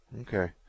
Okay